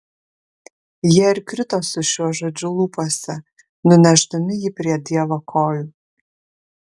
jie ir krito su šiuo žodžiu lūpose nunešdami jį prie dievo kojų